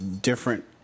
different